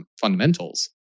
fundamentals